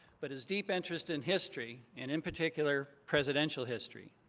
but his deep interest in history, and in particular, presidential history.